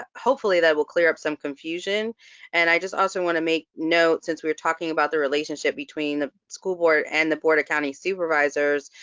ah hopefully, that will clear up some confusion and i just also wanna make note, since we were talking about the relationship between the school board and the board of county supervisors,